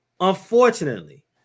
unfortunately